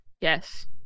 Yes